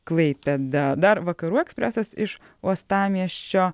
klaipėda dar vakarų ekspresas iš uostamiesčio